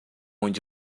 onde